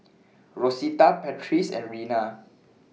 Rosita Patrice and Rena